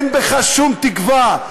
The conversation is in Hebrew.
אין בך שום תקווה.